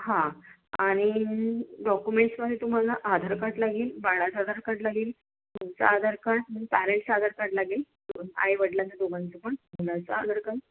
हा आणि डॉक्युमेंटसमध्ये तुम्हाला आधार कार्ड लागेल बाळाचं आधार कार्ड लागेल तुमचं आधार कार्ड आणि पॅरेंटस आधार कार्ड लागेल आई वडिलाचं दोघांचं पण मुलांचं आधार कार्ड